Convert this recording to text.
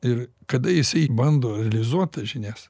ir kada jisai bando realizuot tas žinias